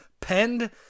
penned